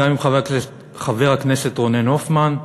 גם עם חבר הכנסת רונן הופמן,